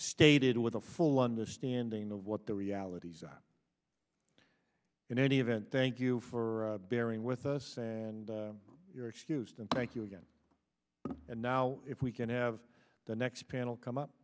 stated with a full understanding of what the realities are in any event thank you for bearing with us and you're excused and thank you again and now if we can have the next panel come up